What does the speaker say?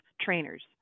trainers